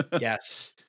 Yes